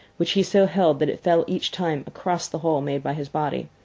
which he so held that it fell each time across the hole made by his body.